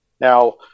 now